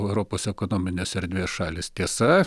europos ekonominės erdvės šalys tiesa